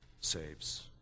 saves